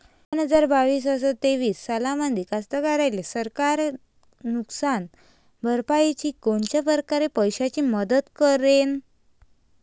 दोन हजार बावीस अस तेवीस सालामंदी कास्तकाराइले सरकार नुकसान भरपाईची कोनच्या परकारे पैशाची मदत करेन?